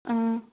ꯑꯥ